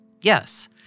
Yes